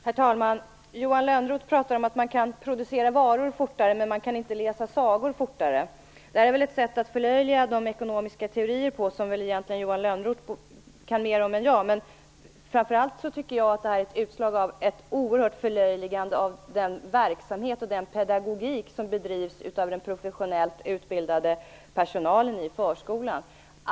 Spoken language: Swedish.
Herr talman! Johan Lönnroth talade om att man kan producera varor fortare men att man inte kan läsa sagor fortare. Det här är väl ett sätt att förlöjliga de ekonomiska teorierna på, vilka Johan Lönnroth kan mera om än jag. Men jag tycker framför allt att detta är ett utslag av ett oerhört förlöjligande av den verksamhet som bedrivs och den pedagogik som tillämpas av den professionellt utbildade personalen i förskolan.